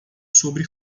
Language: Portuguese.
sobre